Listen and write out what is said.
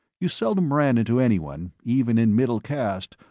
you seldom ran into anyone, even in middle caste,